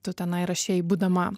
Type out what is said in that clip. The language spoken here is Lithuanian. tu tenai rašei būdama